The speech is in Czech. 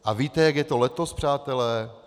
A víte, jak je to letos, přátelé?